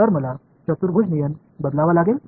तर मला चतुर्भुज नियम बदलावा लागेल